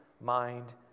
mind